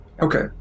Okay